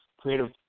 creative